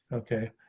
okay,